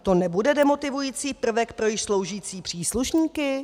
To nebude demotivující prvek pro již sloužící příslušníky?